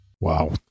Wow